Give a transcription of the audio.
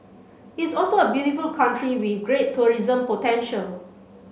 it's also a beautiful country with great tourism potential